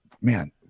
man